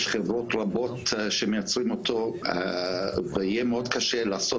יש חברות רבות שמייצרים אותו ויהיה מאוד קשה לעשות